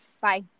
Bye